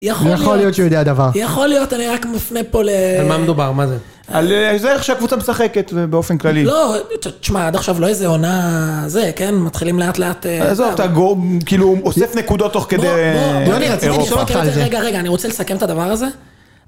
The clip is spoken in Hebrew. יכול להיות שהוא יודע דבר. יכול להיות, אני רק מפנה פה ל.. על מה מדובר, מה זה? על זה ערך שהקבוצה משחקת באופן כללי. לא, תשמע עד עכשיו לא איזה עונה.. זה, כן? מתחילים לאט לאט. עזוב, תגום כאילו הוא אוסף נקודות תוך כדי.. בוא, בוא, בוא, אני רציתי לשאול את זה.. רגע רגע אני רוצה לסכם את הדבר הזה